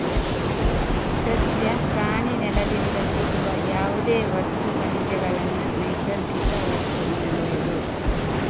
ಸಸ್ಯ, ಪ್ರಾಣಿ, ನೆಲದಿಂದ ಸಿಗುವ ಯಾವುದೇ ವಸ್ತು, ಖನಿಜಗಳನ್ನ ನೈಸರ್ಗಿಕ ವಸ್ತು ಅನ್ಬಹುದು